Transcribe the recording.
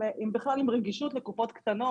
עם רגישות לקופות חולים קטנות,